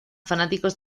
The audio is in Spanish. fanáticos